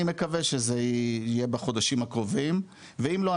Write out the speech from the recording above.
אני מקווה שזה יהיה בחודשים הקרובים ואם לא,